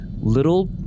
little